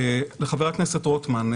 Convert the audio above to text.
לחבר הכנסת רוטמן,